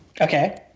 Okay